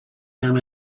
him